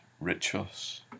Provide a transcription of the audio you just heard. rituals